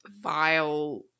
vile